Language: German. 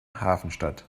hafenstadt